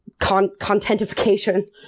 Contentification